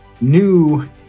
new